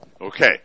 Okay